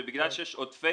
ובגלל שיש עודפי